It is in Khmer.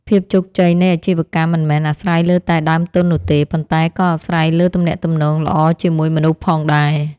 ភាពជោគជ័យនៃអាជីវកម្មមិនមែនអាស្រ័យលើតែដើមទុននោះទេ ប៉ុន្តែក៏អាស្រ័យលើទំនាក់ទំនងល្អជាមួយមនុស្សផងដែរ។